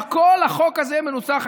בכול החוק הזה מנוסח,